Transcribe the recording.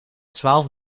twaalf